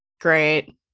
Great